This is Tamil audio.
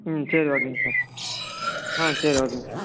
ம் சரி ஓகேங் சார் ம் சரி ஓகேங் சார்